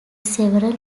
several